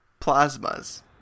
plasmas